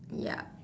ya